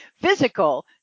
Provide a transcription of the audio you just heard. physical